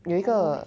有一个